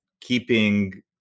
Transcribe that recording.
keeping